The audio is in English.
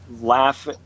laugh